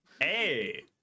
hey